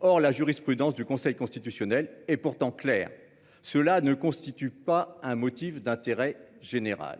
Or la jurisprudence du Conseil constitutionnel et pourtant clair, cela ne constitue pas un motif d'intérêt général.